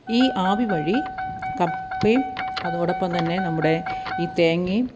ഈ ആവി വഴി കപ്പയും അതോടൊപ്പം തന്നെ നമ്മുടെ ഈ തേങ്ങയും